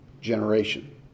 generation